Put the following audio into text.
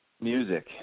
Music